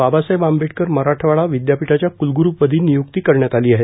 बाबासाहेब आंबेडकर मराठवाडा विद्यापीठाच्या क्लग्रू पदी निय्क्ती करण्यात आली आहे